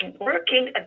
working